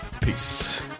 Peace